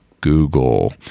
Google